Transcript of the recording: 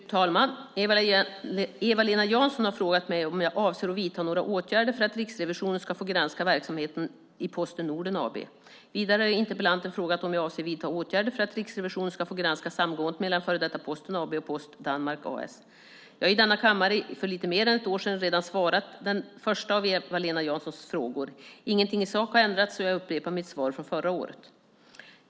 Fru talman! Eva-Lena Jansson har frågat mig om jag avser att vidta några åtgärder för att Riksrevisionen ska få granska verksamheten i Posten Norden AB. Vidare har interpellanten frågat om jag avser att vidta åtgärder för att Riksrevisionen ska få granska samgåendet mellan före detta Posten AB och Post Danmark A/S. Jag har i denna kammare för lite mer än ett år sedan redan besvarat den första av Eva-Lena Janssons frågor. Ingenting i sak har ändrats, så jag upprepar mitt svar från förra året.